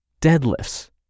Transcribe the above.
deadlifts